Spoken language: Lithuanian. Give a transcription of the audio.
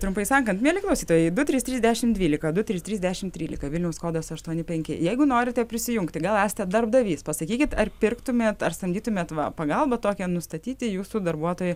trumpai sakant mieli klausytojai du trys trys dešimt dvylika du trys trisdešimt trylika vilniaus kodas aštuoni penki jeigu norite prisijungti gal esate darbdavys pasakykit ar pirktumėt ar samdytumėt va pagalbą tokią nustatyti jūsų darbuotojų